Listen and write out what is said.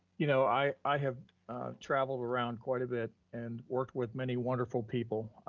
you know, i i have traveled around quite a bit and worked with many wonderful people.